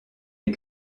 les